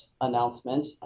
announcement